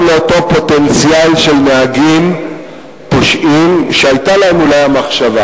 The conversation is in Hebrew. גם לאותו פוטנציאל של נהגים פושעים שהיתה להם אולי המחשבה